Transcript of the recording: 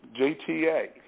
JTA